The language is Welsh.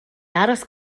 aros